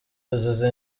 yuzuza